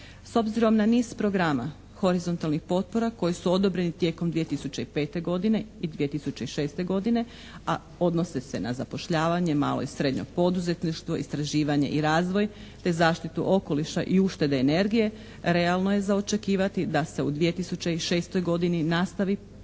S obzirom na niz programa horizontalnih potpora koji su odobreni tijekom 2005. godine i 2006. godine a odnose se na zapošljavanje, malo i srednje poduzetništvo, istraživanje i razvoj te zaštitu okoliša i uštede energije realno je za očekivati da se u 2006. godini nastavi, da